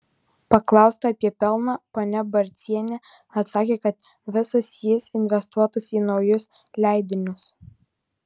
paklausta apie pelną ponia barcienė atsakė kad visas jis investuotas į naujus leidinius